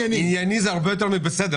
ענייני זה הרבה יותר מבסדר.